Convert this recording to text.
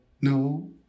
no